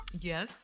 Yes